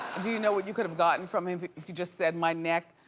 do you know what you could've gotten from him if you just said, my neck,